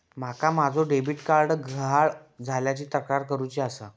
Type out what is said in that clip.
माका माझो debit card गहाळ झाल्याची तक्रार करुची आसा